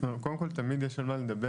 קודם כל תמיד יש על מה לדבר,